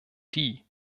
die